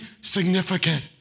significant